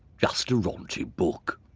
just a raunchy book.